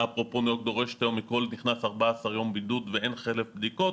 שאפרופו דורשת היום מכל נכנס 14 יום בידוד ואין חלף בדיקות.